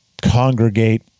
congregate